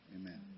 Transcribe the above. Amen